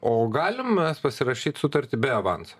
o galim mes pasirašyt sutartį be avanso